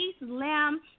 Lamb